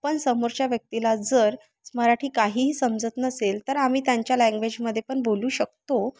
पण समोरच्या व्यक्तीला जर मराठी काहीही समजत नसेल तर आम्ही त्यांच्या लँग्वेजमध्ये पण बोलू शकतो